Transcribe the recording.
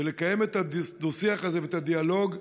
ולקיים את הדו-שיח הזה ואת הדיאלוג,